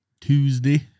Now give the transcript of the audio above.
Tuesday